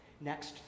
next